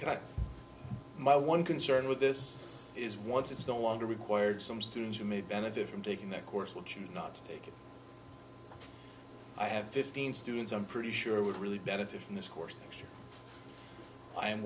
cut my one concern with this is once it's no longer required some students who may benefit from taking their course will choose not to take it i have fifteen students i'm pretty sure would really benefit from this course